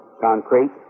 Concrete